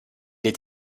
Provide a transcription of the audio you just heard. est